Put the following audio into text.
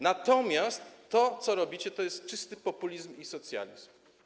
Natomiast to, co robicie, to jest czysty populizm i socjalizm.